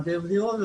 מדבירי דירות,